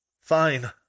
Fine